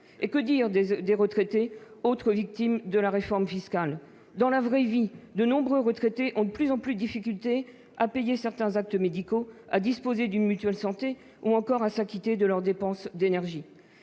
Et que dire des retraités, autres victimes de la réforme fiscale ? Dans la vraie vie, de nombreux retraités ont de plus en plus de difficultés à payer certains actes médicaux, à disposer d'une mutuelle santé ou encore à s'acquitter de leurs dépenses d'énergie.